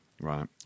Right